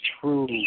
true